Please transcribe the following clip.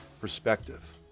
perspective